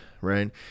right